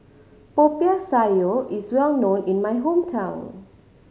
Popiah Sayur is well known in my hometown